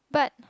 but